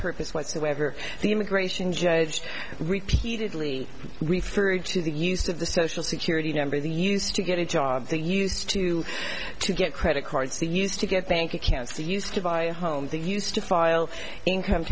purpose whatsoever the immigration judge repeatedly referred to the use of the social security number they used to get a job they used to to get credit cards they used to get bank accounts used to buy a home they used to file income